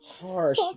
Harsh